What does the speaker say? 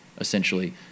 essentially